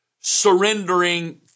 surrendering